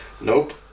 Nope